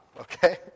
Okay